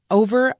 over